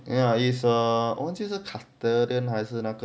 ya he's a 我忘记是叫 custodian 还是那个另外一个